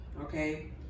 okay